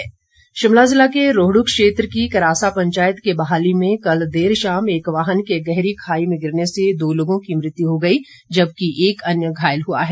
दुर्घटना शिमला जिला के रोहडू क्षेत्र की करासा पंचायत के बाहली में कल देर शाम एक वाहन के गहरी खाई में गिरने से दो लोगों की मृत्यु हो गई जबकि एक अन्य घायल हुआ है